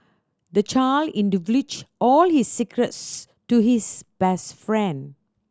the child in divulged all his secrets to his best friend